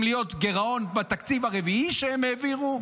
להיות גירעון בתקציב הרביעי שהם העבירו.